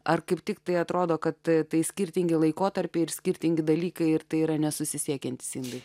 ar kaip tiktai atrodo kad tai skirtingi laikotarpiai ir skirtingi dalykai ir tai yra nesusisiekiantys indai